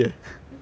为什么